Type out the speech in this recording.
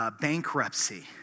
bankruptcy